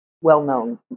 well-known